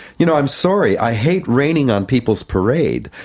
you know, i'm sorry, i hate raining on people's parade,